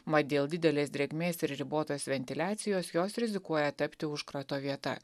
mat dėl didelės drėgmės ir ribotos ventiliacijos jos rizikuoja tapti užkrato vieta